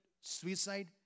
suicide